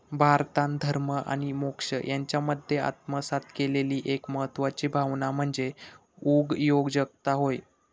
भारतान धर्म आणि मोक्ष यांच्यामध्ये आत्मसात केलेली एक महत्वाची भावना म्हणजे उगयोजकता होय